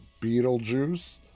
Beetlejuice